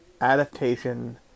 adaptation